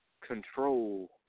control